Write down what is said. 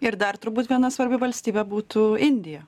ir dar turbūt viena svarbi valstybė būtų indija